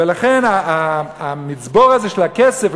ולכן המצבור הזה של הכסף,